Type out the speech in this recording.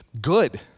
Good